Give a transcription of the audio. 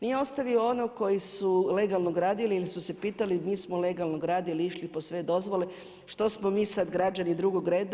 Nije ostavio one koji su legalno gradili ili su se pitali mi smo legalno gradili, išli po sve dozvole što smo mi sad građani drugog reda.